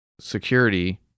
security